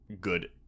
good